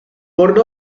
por